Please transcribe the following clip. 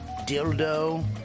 dildo